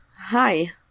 Hi